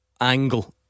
angle